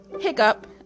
Hiccup